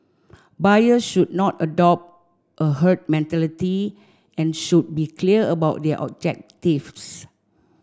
buyers should not adopt a herd mentality and should be clear about their objectives